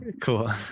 Cool